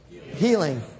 healing